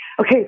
Okay